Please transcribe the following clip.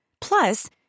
Plus